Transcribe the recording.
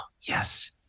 yes